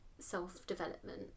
self-development